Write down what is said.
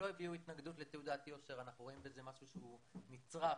שהוא מתבקש,